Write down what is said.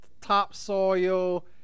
topsoil